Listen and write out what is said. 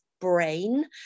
brain